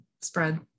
spread